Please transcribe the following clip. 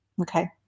Okay